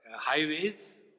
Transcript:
highways